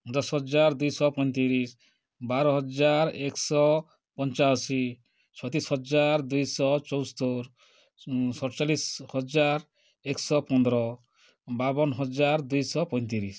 ଦଶ ହଜାର ଦୁଇଶହ ପଇଁତିରିଶ ବାର ହଜାର ଏକଶହ ପଞ୍ଚାଅଶୀ ଛତିଶ ହଜାର ଦୁଇଶହ ଚଉସ୍ତରୀ ସତଚାଳିଶ ହଜାର ଏକଶହ ପନ୍ଦର ବାବନ ହଜାର ଦୁଇଶହ ପଇଁତିରିଶ